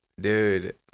Dude